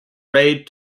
raid